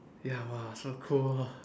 ya !wah! so cool